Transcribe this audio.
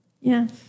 Yes